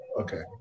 Okay